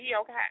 okay